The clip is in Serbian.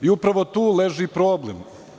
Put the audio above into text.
I upravo tu leži problem.